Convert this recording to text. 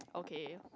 kay